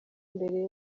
mbere